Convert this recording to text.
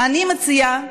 אני מציעה,